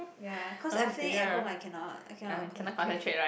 ya cause I think at home I cannot I cannot concentrate